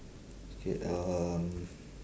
okay um